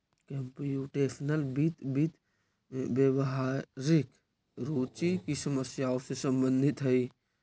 computational वित्त, वित्त में व्यावहारिक रुचि की समस्याओं से संबंधित हई